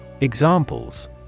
Examples